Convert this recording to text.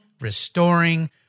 restoring